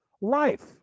life